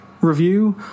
review